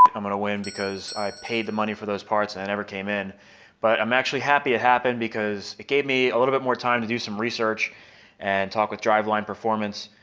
but i'm gonna win because i paid the money for those parts and i never came in but i'm actually happy it happened because it gave me a little bit more time to do some research and talk with driveline performance.